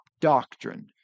doctrine